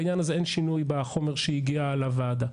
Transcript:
בעניין הזה אין שינוי בחומר שהגיע לוועדה.